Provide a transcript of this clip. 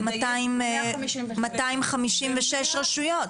קודם כל, היא ציינה פה שלושה מקצועות: